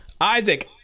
Isaac